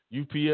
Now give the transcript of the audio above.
UPS